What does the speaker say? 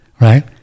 right